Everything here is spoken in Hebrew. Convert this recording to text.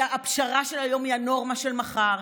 שהפשרה של היום היא הנורמה של מחר.